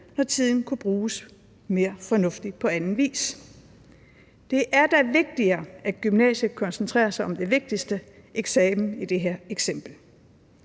når tiden kunne bruges mere fornuftigt på anden vis. Det er da vigtigere, at gymnasiet koncentrerer sig om det vigtigste, altså eksamen i det her eksempel.